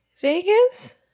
Vegas